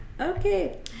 okay